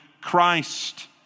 Christ